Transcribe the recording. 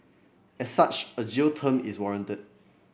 as such a jail term is warranted